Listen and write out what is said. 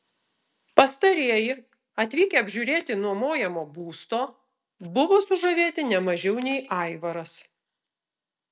pastarieji atvykę apžiūrėti nuomojamo būsto buvo sužavėti ne mažiau nei aivaras